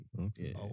Okay